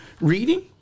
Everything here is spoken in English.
reading